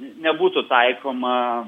nebūtų taikoma